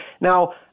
Now